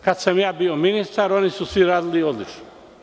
Kada sam ja bio ministar, oni su svi radili odlično.